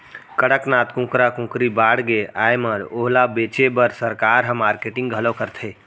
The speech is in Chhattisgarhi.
कड़कनाथ कुकरा कुकरी बाड़गे आए म ओला बेचे बर सरकार ह मारकेटिंग घलौ करथे